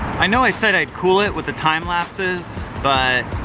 i know i said i'd cool it with the time lapses, but